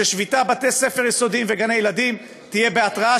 ששביתה בבתי-הספר היסודיים וגני-ילדים תהיה בהתרעה